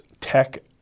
Tech